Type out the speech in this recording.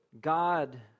God